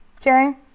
okay